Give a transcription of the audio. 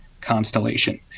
Constellation